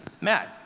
mad